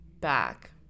back